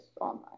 online